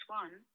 one